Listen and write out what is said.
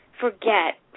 forget